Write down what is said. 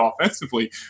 offensively